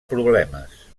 problemes